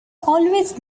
always